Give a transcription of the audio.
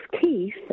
Keith